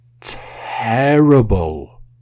terrible